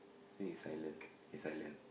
say is silent is silent